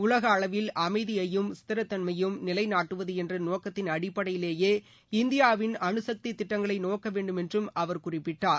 உலகளவில் அமைதியையும் ஸ்திரத்தன்மையையும் நிலைநாட்டுவது என்ற நோக்கத்தின் அடிப்படையிலேயே இந்தியாவின் அணுசக்தி திட்டங்களை நோக்க வேண்டும் என்றும் அவர் குறிப்பிட்டார்